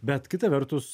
bet kita vertus